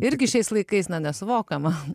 irgi šiais laikais nesuvokiama